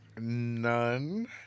None